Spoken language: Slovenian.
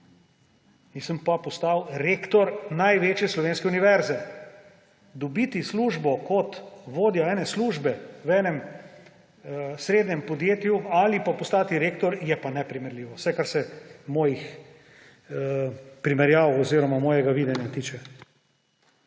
Nisem pa postal rektor največje slovenske univerze. Dobiti službo kot vodja ene službe v enem srednjem podjetju ali pa postati rektor je pa neprimerljivo, vsaj kar se mojih primerjav oziroma mojega videnja tiče.